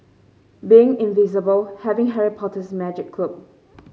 being invisible having Harry Potter's magic cloak